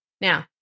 Now